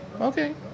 okay